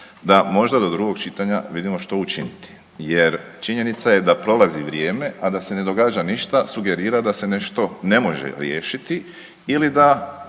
da možda do drugog čitanja vidimo što učiniti. Jer, činjenica je da prolazi vrijeme, a da se ne događa ništa, sugerira da se nešto ne može riješiti ili da